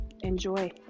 enjoy